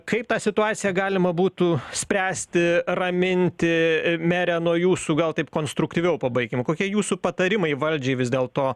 kaip tą situaciją galima būtų spręsti raminti mere nuo jūsų gal taip konstruktyviau pabaikim kokie jūsų patarimai valdžiai vis dėl to